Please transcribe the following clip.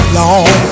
long